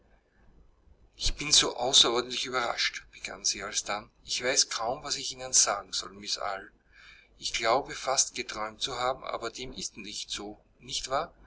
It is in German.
ich bin so außerordentlich überrascht begann sie alsdann ich weiß kaum was ich ihnen sagen soll miß eyre ich glaube fast geträumt zu haben aber dem ist nicht so nicht wahr